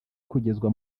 kugezwa